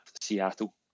Seattle